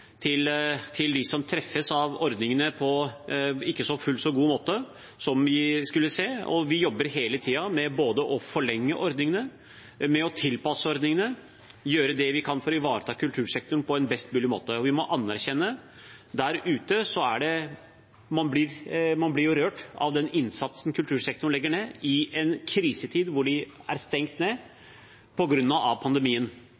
som ikke treffes av ordningene på en fullt så god måte som vi gjerne skulle sett. Vi jobber hele tiden med å både forlenge ordningene og tilpasse dem, og vi gjør det vi kan for å ivareta kultursektoren på en best mulig måte. Vi må anerkjenne – og bli rørt av – den innsatsen kultursektoren der ute legger ned i en krisetid hvor de er stengt